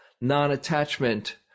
non-attachment